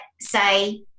say